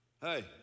Hey